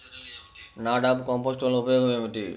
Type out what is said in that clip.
NADEP compost వలన ఉపయోగం ఏమిటి?